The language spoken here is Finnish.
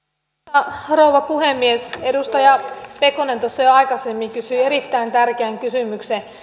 arvoisa rouva puhemies edustaja pekonen tuossa jo aikaisemmin kysyi erittäin tärkeän kysymyksen